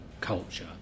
culture